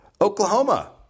Oklahoma